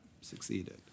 succeeded